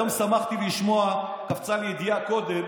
היום שמחתי לשמוע, קפצה לי ידיעה קודם